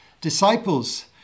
disciples